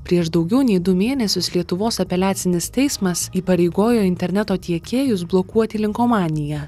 prieš daugiau nei du mėnesius lietuvos apeliacinis teismas įpareigojo interneto tiekėjus blokuoti linkomaniją